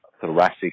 thoracic